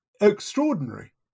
extraordinary